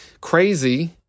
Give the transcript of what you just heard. crazy